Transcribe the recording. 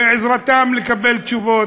ובעזרתם לקבל תשובות.